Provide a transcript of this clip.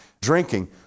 drinking